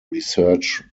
research